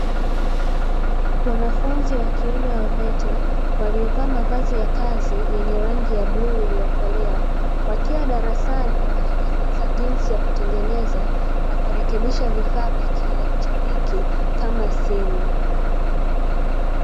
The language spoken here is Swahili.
Wanafunzi wakiume wa VETA waliovaa mavazi ya kazi yenye rangi ya bluu iliyokolea, wakiwa darasani wakijifunza jinsi ya kutengeneza na kurekebisha vifaa vya kielektroniki kama simu.